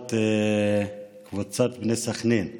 לטובת קבוצת בני סח'נין,